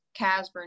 Casburn